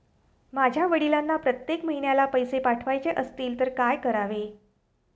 माझ्या वडिलांना प्रत्येक महिन्याला पैसे पाठवायचे असतील तर काय करावे?